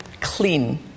clean